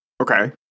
Okay